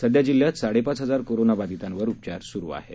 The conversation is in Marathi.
सध्याजिल्ह्यातसाडेपाचहजारकोरोनाबाधितांवरउपचारस्रुआहेत